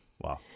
Wow